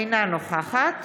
אינה נוכחת